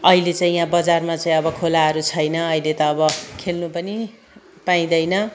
अहिले चाहिँ यहाँ बजारमा चाहिँ अब खोलाहरू छैन अहिले त अब खेल्नु पनि पाइँदैन